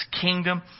kingdom